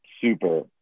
super